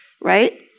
right